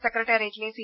സെക്രട്ടേറിയറ്റിലെ C